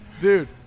dude